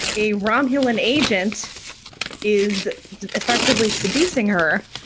a romulan agent is effectively seducing her.